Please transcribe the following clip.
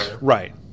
right